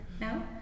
no